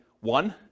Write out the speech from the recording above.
one